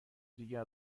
دیگر